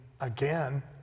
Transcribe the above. again